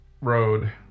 road